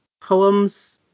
poems